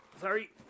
sorry